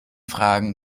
fragen